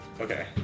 okay